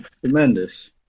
Tremendous